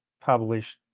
published